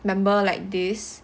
member like this